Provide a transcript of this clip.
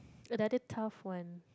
another tough one